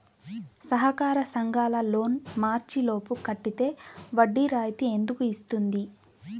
సహకార సంఘాల లోన్ మార్చి లోపు కట్టితే వడ్డీ రాయితీ ఎందుకు ఇస్తుంది?